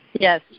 Yes